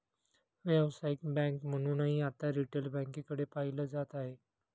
व्यावसायिक बँक म्हणूनही आता रिटेल बँकेकडे पाहिलं जात आहे